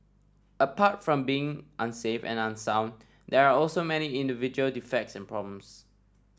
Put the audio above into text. apart from being unsafe and unsound there are also many individual defects and problems